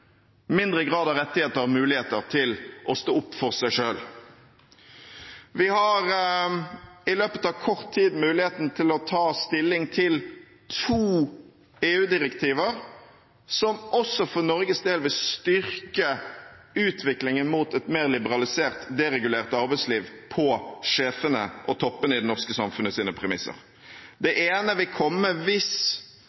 mindre grad av rettigheter og muligheter til å stå opp for seg selv. Vi har i løpet av kort tid muligheten til å ta stilling til to EU-direktiver, som også for Norges del vil styrke utviklingen mot et mer liberalisert, deregulert arbeidsliv på premissene til sjefene og toppene i det norske samfunnets. Det ene vil komme hvis regjeringen ikke får gjennomslag for sine